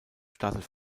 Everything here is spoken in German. startet